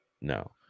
No